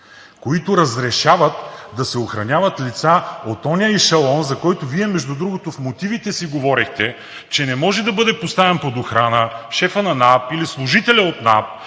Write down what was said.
които разрешават да се охраняват лица от оня ешелон, за който Вие, между другото, в мотивите си говорехте, че не може да бъде поставен под охрана шефът на НАП или служителят от НАП,